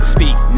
Speak